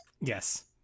Yes